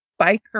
biker